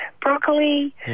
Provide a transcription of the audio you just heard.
broccoli